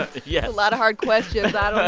a yeah lot of hard questions. but